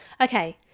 okay